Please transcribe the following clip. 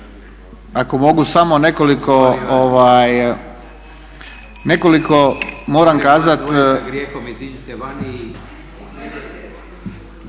ako mogu samo nekoliko moram kazat…